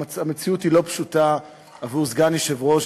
המציאות היא לא פשוטה עבור סגן יושב-ראש,